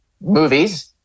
movies